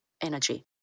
energy